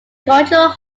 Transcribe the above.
cultural